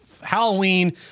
halloween